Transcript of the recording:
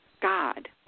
God